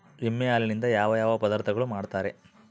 ಎಮ್ಮೆ ಹಾಲಿನಿಂದ ಯಾವ ಯಾವ ಪದಾರ್ಥಗಳು ಮಾಡ್ತಾರೆ?